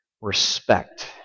respect